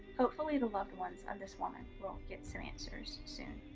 hopefully the loved ones of this woman will get some answers soon.